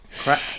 crack